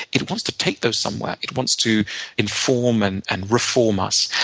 it wants to take those somewhere. it wants to inform and and reform us.